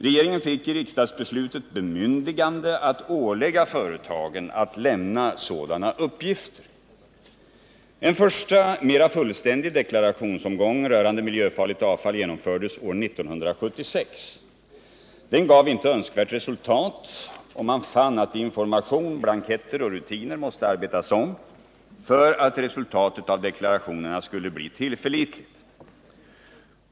Regeringen fick i riksdagsbeslutet bemyndigande att ålägga företagen att lämna sådana En första mera fullständig deklarationsomgång rörande miljöfarligt avfall genomfördes år 1976. Den gav inte önskvärt resultat, och man fann att information, blanketter och rutiner måste arbetas om för att resultatet av deklarationerna skulle bli tillförlitligt.